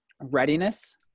Readiness